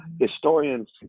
historians